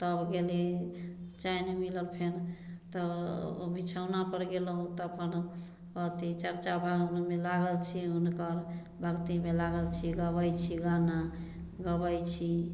आ तब गेली चैन मिलल फेर तऽ बिछौना पर गेलौ तब अपन अथी चर्चा भजन मे लागल छी हुनकर भक्ति मे लागल छी गबै छी गाना गबै छी